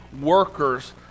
workers